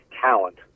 talent